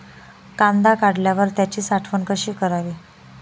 कांदा काढल्यावर त्याची साठवण कशी करावी?